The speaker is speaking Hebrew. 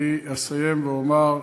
אני אסיים ואומר: